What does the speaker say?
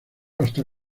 hasta